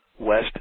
West